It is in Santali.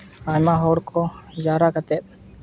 ᱟᱭᱢᱟ ᱦᱚᱲ ᱠᱚ ᱡᱟᱣᱨᱟ ᱠᱟᱛᱮ